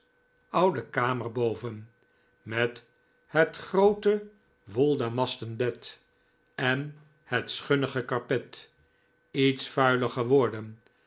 oude kamer boven met het groote woldamasten bed en het schunnige karpet iets vuiler geworden